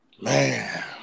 Man